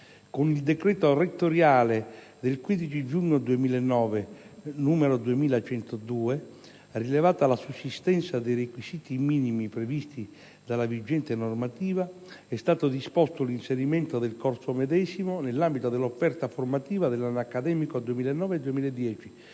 con il decreto rettoriale n. 2102 del 15 giugno 2009, rilevata la sussistenza dei requisiti minimi previsti dalla vigente normativa, è stato disposto l'inserimento del corso medesimo nell'ambito dell'offerta formativa dell'anno accademico 2009-2010,